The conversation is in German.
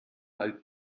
alt